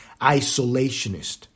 isolationist